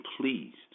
pleased